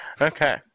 Okay